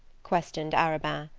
questioned arobin,